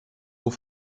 trop